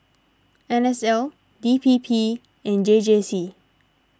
N S L D P P and J J C